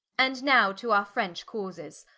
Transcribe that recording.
and now to our french causes,